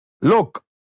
look